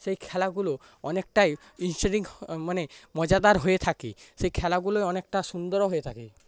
সেই খেলাগুলো অনেকটাই ইরস্টেটিং মানে মজাদার হয়ে থাকে সেই খেলাগুলো অনেকটা সুন্দরও হয়ে থাকে